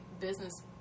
business